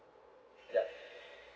yup